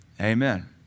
Amen